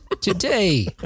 today